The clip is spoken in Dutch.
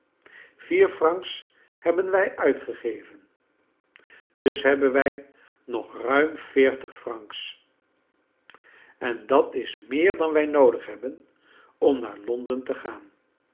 vier francs hebben wij uitgegeven dus hebben wij nog ruim veertig francs en dat is meer dan wij noodig hebben om naar londen te gaan